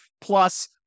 Plus